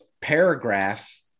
paragraph